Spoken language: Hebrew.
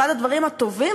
אחד הדברים הטובים,